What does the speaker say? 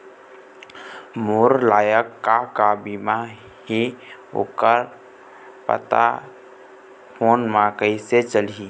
मोर लायक का का बीमा ही ओ कर पता फ़ोन म कइसे चलही?